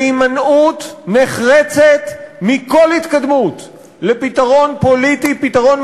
בהימנעות נחרצת מכל התקדמות לפתרון פוליטי ולפתרון